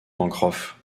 pencroff